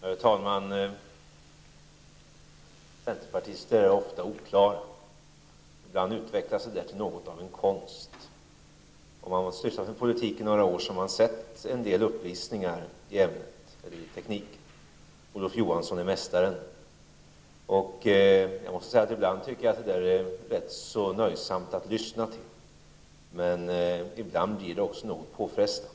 Herr talman! Centerpartister uttrycker sig ofta oklart. Ibland utvecklas detta till något av en konst. Om man under några år har sysslat med politik, har man sett en del uppvisningar i detta avseende. Olof Johansson är mästaren. Ibland kan det vara rätt så nöjsamt att lyssna till detta, men ibland kan det bli något påfrestande.